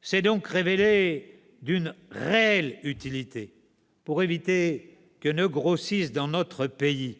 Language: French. s'est donc révélé d'une réelle utilité, pour éviter que ne grossisse dans notre pays